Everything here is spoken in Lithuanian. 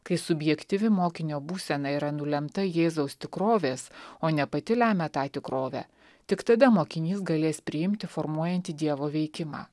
kai subjektyvi mokinio būsena yra nulemta jėzaus tikrovės o ne pati lemia tą tikrovę tik tada mokinys galės priimti formuojantį dievo veikimą